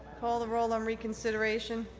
call the roll on reconsideration.